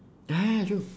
ya ya ya true